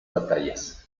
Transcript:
batallas